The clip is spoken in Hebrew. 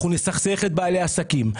אנחנו נסכסך את בעלי העסקים,